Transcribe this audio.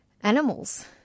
animals